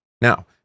Now